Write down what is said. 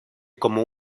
como